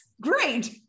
great